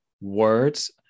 words